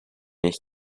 ich